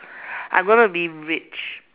I'm going to be rich